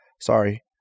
Sorry